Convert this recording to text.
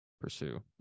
pursue